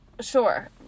Sure